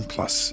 Plus